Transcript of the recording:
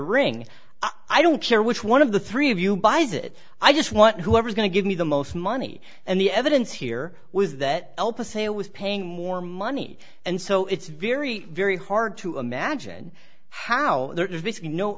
ring i don't care which one of the three of you buys it i just want whoever is going to give me the most money and the evidence here was that help to say i was paying more money and so it's very very hard to imagine how